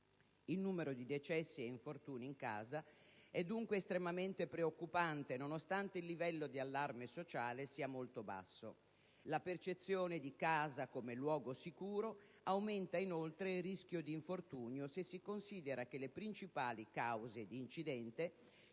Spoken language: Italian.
Il numero di decessi e infortuni in casa è dunque estremamente preoccupante nonostante il livello di allarme sociale sia molto basso. La percezione di casa come luogo sicuro aumenta inoltre il rischio di infortunio se si considera che le principali cause di incidente